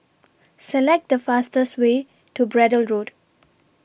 Select The fastest Way to Braddell Road